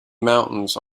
mountains